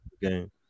game